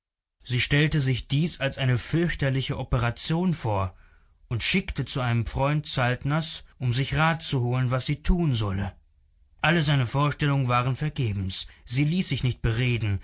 sie stellte sich dies als eine fürchterliche operation vor und schickte zu einem freund saltners um sich rat zu holen was sie tun solle alle seine vorstellungen waren vergebens sie ließ sich nicht bereden